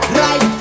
right